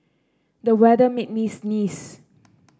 the weather made me sneeze